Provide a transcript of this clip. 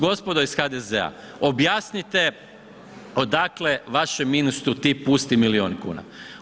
Gospodo iz HDZ-a objasnite odakle vašem ministru ti pustih milijun kuna.